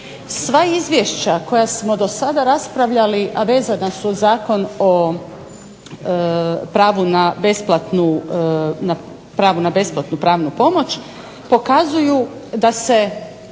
Sva izvješća koja smo do sada ispravljali, a vezana su uz Zakon o pravu na besplatnu pravnu pomoć pokazuju da se